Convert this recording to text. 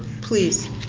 please.